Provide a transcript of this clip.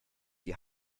die